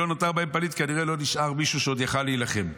"לא נותר בהם פליט" כנראה לא נשאר מישהו שעוד יכול היה להילחם.